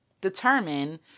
determine